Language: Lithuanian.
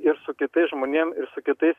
ir su kitais žmonėm ir su kitais